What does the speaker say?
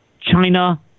China